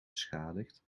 beschadigd